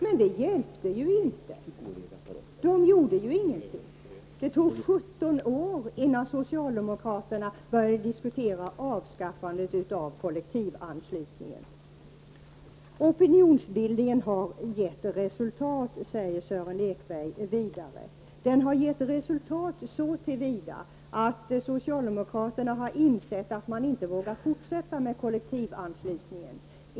Men det hjälpte inte. Socialdemokraterna gjorde ju ingenting. Det tog 17 år innan socialdemokraterna började diskutera avskaffandet av kollektivanslutningen. Sören Lekberg sade vidare att opinionsbildningen har gett resultat. Den har gett resultat så till vida att socialdemokraterna har insett att de inte vågar fortsätta att driva detta med kollektivanslutning.